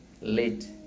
late